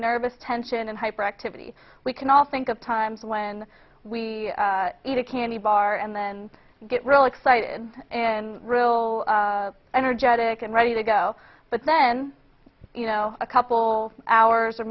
nervous tension and hyperactivity we can all think of times when we eat a candy bar and then get really excited and real energetic and ready to go but then you know a couple hours or